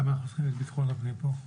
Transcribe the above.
למה אנחנו צריכים את בטחון הפנים פה?